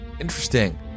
Interesting